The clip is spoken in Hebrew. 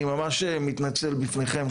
אני ממש מתנצל בפניכם,